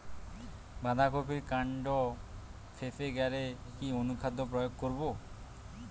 বাঁধা কপির কান্ড ফেঁপে গেলে কি অনুখাদ্য প্রয়োগ করব?